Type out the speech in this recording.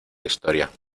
historia